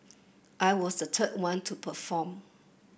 I was the third one to perform